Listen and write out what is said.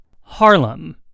Harlem